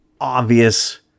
obvious